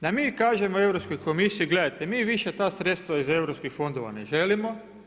Da mi kažemo Europskoj komisiji gledajte, mi više ta sredstva iz europskih fondova ne želimo.